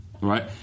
right